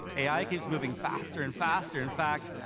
ai keeps moving faster and faster, in fact,